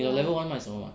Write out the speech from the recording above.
你懂 level one 卖什么吗